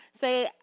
Say